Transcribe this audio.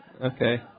Okay